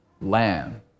Lamb